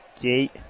gate